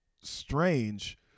strange